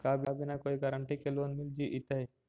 का बिना कोई गारंटी के लोन मिल जीईतै?